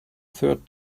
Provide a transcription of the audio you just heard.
third